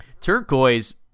turquoise